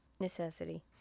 necessity